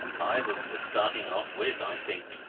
i was for starting off, with, i think,